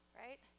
right